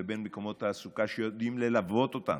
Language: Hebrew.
מקומות תעסוקה, שיודעים ללוות אותם,